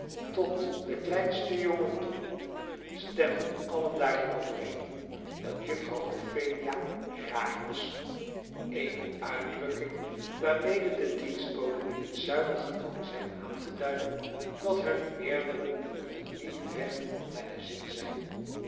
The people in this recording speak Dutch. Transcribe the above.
tot den kleinsten jongen toe stemden allen daarin overeen dat juffrouw ophelia raar was eene uitdrukking waarmede de dienstboden in het zuiden gewoon zijn aan te duiden dat hunne meerderen hun niet recht naar den zin zijn